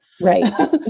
Right